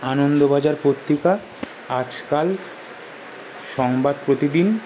আনন্দবাজার পত্রিকা আজকাল সংবাদ প্রতিদিন